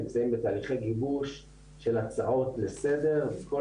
נמצאים בתהליכי גיבוש של הצעות לסדר וכל